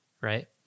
right